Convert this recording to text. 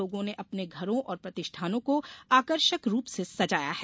लोगों ने अपने घरों और प्रतिष्ठानों को आकर्षक रूप से सजाया है